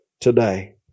today